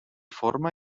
forma